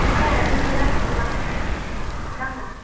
हयथ' बेसेना बेसेबां राङा